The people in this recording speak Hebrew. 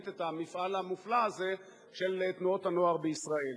את המפעל המופלא הזה של תנועות הנוער בישראל.